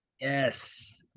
Yes